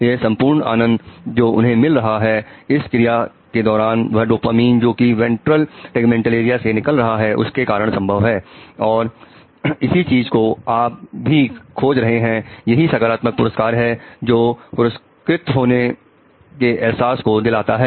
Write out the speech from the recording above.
यह संपूर्णानंद जो उन्हें मिल रहा है इस क्रिया के दौरान वह डोपामिन जो कि वेंट्रल टैगमेंटल एरिया से निकल रहा है उसके कारण संभव है और इसी चीज को आप भी खोज रहे हैं और यही सकारात्मक पुरस्कार है जो पुरस्कृत होने के एहसास को दिलाता है